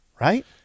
Right